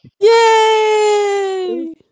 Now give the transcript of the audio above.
Yay